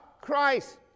Christ